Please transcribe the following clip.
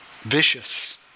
vicious